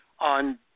on